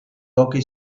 hockey